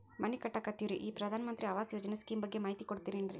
ಮನಿ ಕಟ್ಟಕತೇವಿ ರಿ ಈ ಪ್ರಧಾನ ಮಂತ್ರಿ ಆವಾಸ್ ಯೋಜನೆ ಸ್ಕೇಮ್ ಬಗ್ಗೆ ಮಾಹಿತಿ ಕೊಡ್ತೇರೆನ್ರಿ?